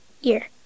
year